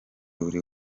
buri